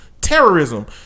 terrorism